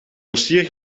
dossier